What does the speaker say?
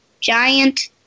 giant